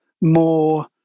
more